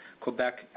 Quebec